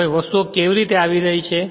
હવે વસ્તુઓ કેવી રીતે આવી રહી છે